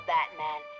Batman